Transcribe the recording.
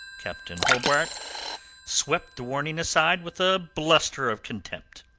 captain hobart swept the warning aside with a bluster of contempt,